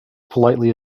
politely